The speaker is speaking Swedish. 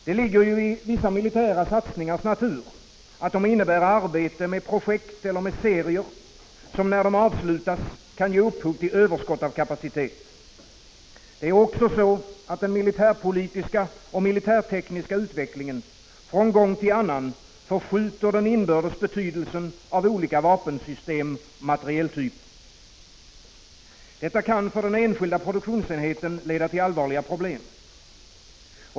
Det ligger i vissa militära satsningars natur att de innebär arbete med projekt eller serier, som när de avslutats kan ge upphov till överskott av kapacitet. Det är också så, att den militärpolitiska och militärtekniska utvecklingen från gång till annan förskjuter den inbördes betydelsen av olika vapensystem och materieltyper. Detta kan för den enskilda produktionsenheten leda till allvarliga problem.